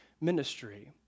ministry